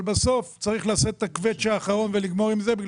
אבל בסוף צריך לעשות את הקווץ' האחרון ולגמור עם זה,